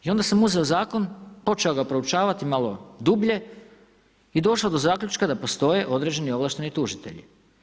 I onda sam uzeo zakon, počeo ga proučavati malo dublje i došao do zaključka da postoje određeni ovlašteni tužitelji.